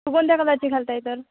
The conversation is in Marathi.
तू कोणत्या कलरची घालत आहे तर